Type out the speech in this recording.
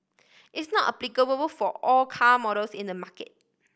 it's not applicable for all car models in the market